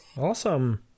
Awesome